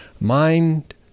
Mind